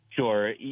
Sure